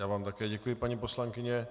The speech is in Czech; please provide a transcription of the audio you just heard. Já vám také děkuji, paní poslankyně.